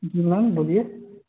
जी ma'am बोलिए